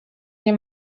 nie